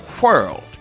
world